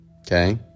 Okay